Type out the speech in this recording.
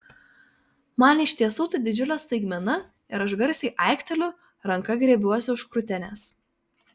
man iš tiesų tai didžiulė staigmena ir aš garsiai aikteliu ranka griebiuosi už krūtinės